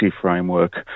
framework